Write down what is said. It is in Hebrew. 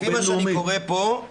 לפי מה שאני קורא פה,